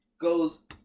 goes